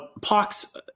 Pox